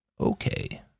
Okay